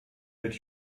mit